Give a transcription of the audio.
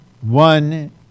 One